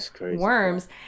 worms